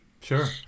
sure